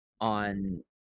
on